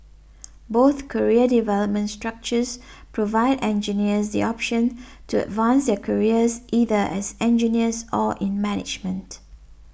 both career development structures provide engineer the option to advance their careers either as engineers or in management